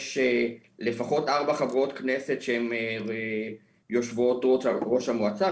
יש לפחות ארבע חברות כנסת שהן יושבות --- ראש המעוצה,